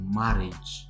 marriage